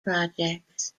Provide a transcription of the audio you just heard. projects